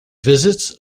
visits